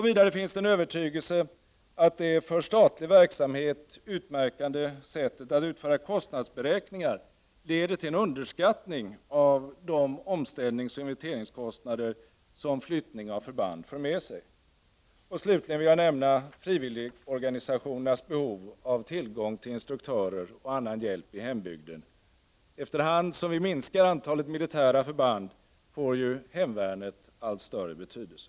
Vidare finns det en övertygelse att det för statlig verksamhet utmärkande sättet att utföra kostnadsberäkningar leder till en underskattning av de omställningsoch investeringskostnader som flyttning av förband för med sig. Och slutligen vill jag nämna frivilligorgani sationernas behov av tillgång till instruktörer och annan hjälp i hembygden = Prot. 1989/90:46 efter hand som vi minskar antalet militära förband får ju hemvärnet allt 14 december 1989 större betydelse.